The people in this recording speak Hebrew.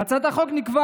בהצעת החוק נקבע